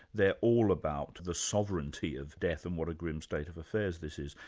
they're all about the sovereignty of death and what a grim state of affairs this is.